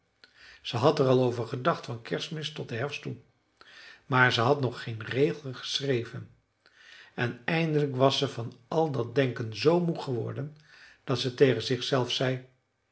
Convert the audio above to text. ze had er al over gedacht van kerstmis tot den herfst toe maar ze had nog geen regel geschreven en eindelijk was ze van al dat denken z moe geworden dat ze tegen zichzelf zei